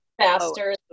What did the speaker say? faster